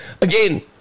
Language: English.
again